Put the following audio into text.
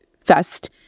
Fest